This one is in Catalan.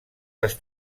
les